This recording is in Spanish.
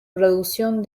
producción